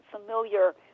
familiar